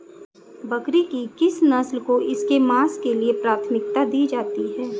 बकरी की किस नस्ल को इसके मांस के लिए प्राथमिकता दी जाती है?